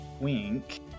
Wink